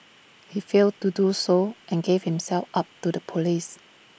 he failed to do so and gave himself up to the Police